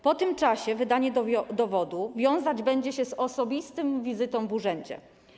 Po tym czasie wydanie dowodu wiązać będzie się z osobistą wizytą w urzędzie.